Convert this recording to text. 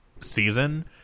season